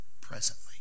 presently